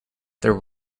there